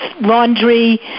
laundry